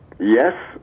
yes